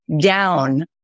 down